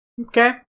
Okay